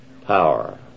power